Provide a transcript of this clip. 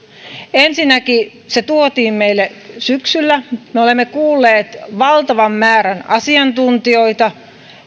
ensinnäkin se tuotiin meille syksyllä me olemme kuulleet valtavan määrän asiantuntijoita